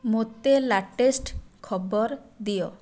ମୋତେ ଲାଟେଷ୍ଟ ଖବର ଦିଅ